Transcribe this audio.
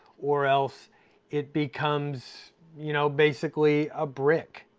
or else it becomes you know basically a brick.